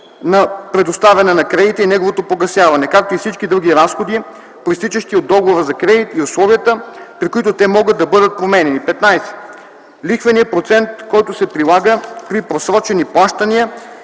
на предоставяне на кредита и неговото погасяване, както и всички други разходи, произтичащи от договора за кредит, и условията, при които те могат да бъдат променяни; 15. лихвения процент, който се прилага при просрочени плащания,